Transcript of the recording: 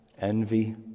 envy